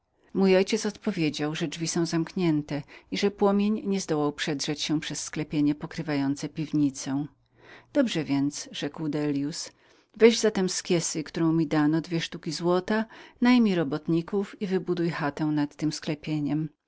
mój ojciec odpowiedział że drzwi były zamknięte jak przed pożarem i że płomień nie mógł nawet przedrzeć się do sklepienia pokrywającego piwnicę dobrze więc rzekł dellius weź zatem z kiesy którą mi dano dwie sztuki złota najmij robotników i wybuduj chatę nad sklepieniem